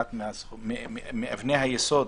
אחת מאבני היסוד